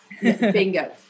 Bingo